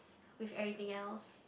with everything else